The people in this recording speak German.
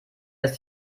ist